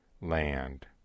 land